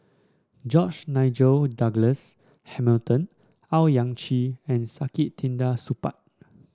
George Nigel Douglas Hamilton Owyang Chi and Saktiandi Supaat